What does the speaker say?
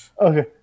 Okay